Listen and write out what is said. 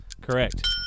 Correct